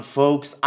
folks